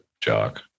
Jock